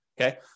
Okay